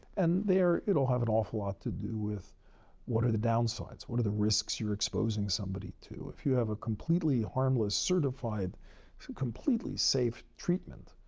and there, it'll have an awful lot to do with what are the downsides, what are the risks you're exposing somebody to. if you have a completely harmless, certified completely safe treatment,